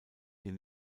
den